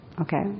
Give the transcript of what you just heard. okay